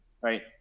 right